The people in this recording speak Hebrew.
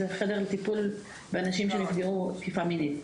זה חדר לטיפול באנשים שנפגעו בתקיפה מינית.